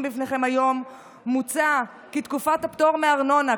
בפניכם היום מוצע כי תקופת הפטור מארנונה,